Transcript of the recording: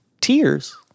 tears